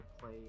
play